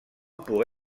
pour